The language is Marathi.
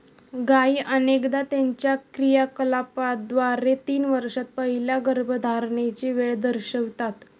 गायी अनेकदा त्यांच्या क्रियाकलापांद्वारे तीन वर्षांत पहिल्या गर्भधारणेची वेळ दर्शवितात